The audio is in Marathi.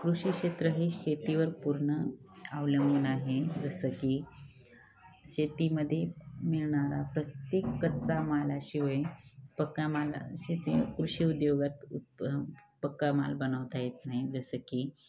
कृषी क्षेत्र हे शेतीवर पूर्ण अवलंबून आहे जसं की शेतीमध्ये मिळणारा प्रत्येक कच्चा मालाशिवाय पक्का माल शेती कृषी उद्योगात उत्प पक्का माल बनवता येत नाही जसं की